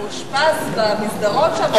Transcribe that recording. הוא אושפז במסדרון שם,